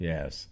Yes